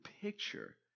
picture